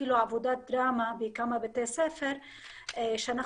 אפילו עבודת דרמה בכמה בתי ספר שאנחנו